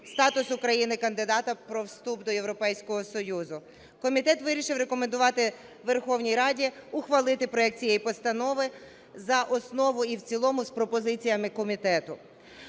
статусу країни-кандидата про вступ до Європейського Союзу. Комітет вирішив рекомендувати Верховній Раді ухвалити проект цієї постанови за основу і в цілому з пропозиціями комітету.